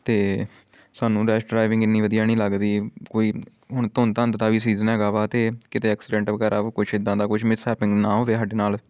ਅਤੇ ਸਾਨੂੰ rash driving ਇੰਨੀ ਵਧੀਆ ਨਹੀਂ ਲੱਗਦੀ ਕੋਈ ਹੁਣ ਧੁੰਦ ਧੰਦ ਦਾ ਵੀ ਸੀਜਨ ਹੈਗਾ ਵਾ ਅਤੇ ਕਿਤੇ ਐਕਸੀਡੈਂਟ ਵਗੈਰਾ ਕੁਛ ਇੱਦਾਂ ਦਾ ਕੁਛ ਮਿਸਹੈਪਿੰਗ ਨਾ ਹੋਵੇ ਸਾਡੇ ਨਾਲ